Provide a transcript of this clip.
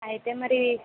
అయితే మరి